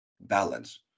balance